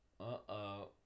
Uh-oh